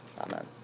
Amen